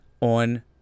on